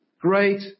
great